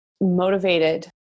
motivated